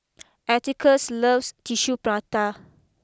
atticus loves Tissue Prata